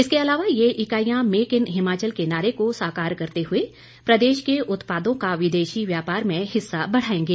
इसके अलावा ये इकाईयां मेक इन हिमाचल के नारे को साकार करते हुए प्रदेश के उत्पादों का विदेशी व्यापार में हिस्सा बढ़ाएंगे